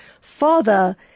father